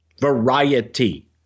Variety